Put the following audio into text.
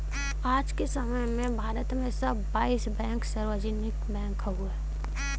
आज के समय में भारत में सब बाईस बैंक सार्वजनिक बैंक हउवे